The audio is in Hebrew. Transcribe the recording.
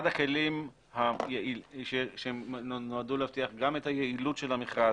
אחד הכלים שנועדו להבטיח גם את היעילות של המכרז